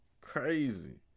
crazy